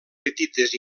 petites